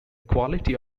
quality